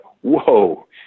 whoa